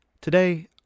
Today